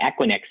Equinix